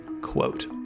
Quote